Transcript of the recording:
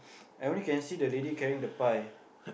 I only can see the lady carrying the pie